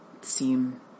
seem